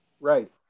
Right